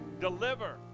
deliver